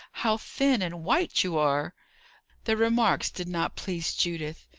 how thin and white you are the remarks did not please judith.